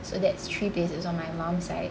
so that's three days is on my mum's side